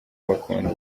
bakunda